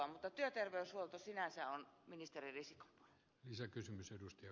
mutta työterveyshuolto sinänsä on ministeri risikon